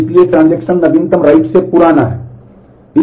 इसलिए ट्रांज़ैक्शन नवीनतम write से पुराना है